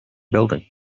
building